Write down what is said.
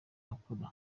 akura